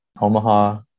Omaha